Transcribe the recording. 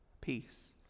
peace